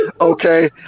Okay